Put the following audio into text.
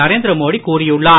நரேந்திர மோடி கூறியுள்ளார்